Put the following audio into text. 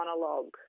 monologue